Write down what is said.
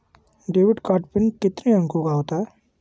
Debit card PIN कितने अंकों का होता है?